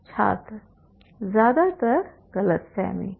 छात्र ज्यादातर गलतफहमी